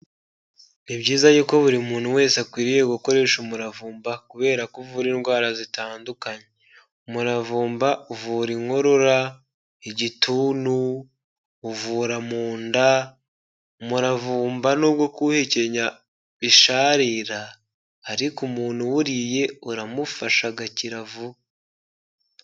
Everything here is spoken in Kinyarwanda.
Ni byiza yuko buri muntu wese akwiriye gukoresha umuravumba kubera ko uvura indwara zitandukanye, umuravumba uvura inkorora, igituntu ,uvura mu nda, umuravumba nubwo kuwuhekenya bisharira ariko umuntu uwuriye uramufasha agakira vuba.